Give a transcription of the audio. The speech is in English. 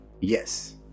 Yes